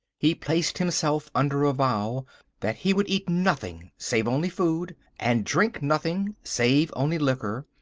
he placed himself under a vow that he would eat nothing, save only food, and drink nothing, save only liquor,